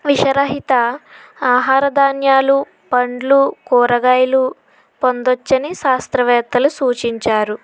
విషరహిత ఆహార ధాన్యాలు పండ్లు కూరగాయలు పొందవచ్చని శాస్త్రవేత్తలు సూచించారు